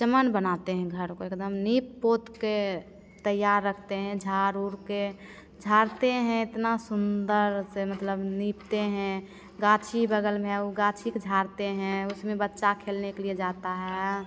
चमन बनाते हैं घर को एकदम लीप पोत कर तैयार रखते हैं झाड़ उड़ कर झाड़ते हैं इतना सुंदर से मतलब लीपते हैं गाछी बगल में हैं उस गाछी को झाड़ते हैं उसमें बच्चा खेलने के लिए जाता है